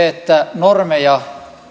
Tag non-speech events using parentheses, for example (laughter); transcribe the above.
(unintelligible) että normeja